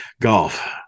Golf